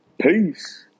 Peace